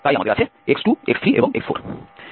তাই আমাদের আছে x2 x3 x4